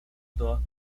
todas